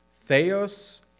Theos